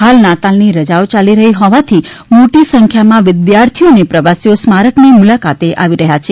હાલ નાતાલની રજાઓ યાલી રહી હોવાથી મોટી સંખ્યામાં વિદ્યાર્થીઓ અને પ્રવાસીઓ સ્મારકની મુલાકાતે આવી રહ્યા છે